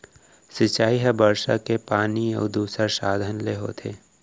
सिंचई ह बरसा के पानी अउ दूसर साधन ले होथे